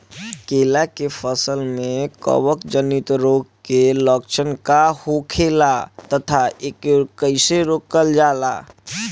केला के फसल में कवक जनित रोग के लक्षण का होखेला तथा एके कइसे रोकल जाला?